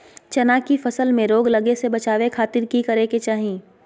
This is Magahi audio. चना की फसल में रोग लगे से बचावे खातिर की करे के चाही?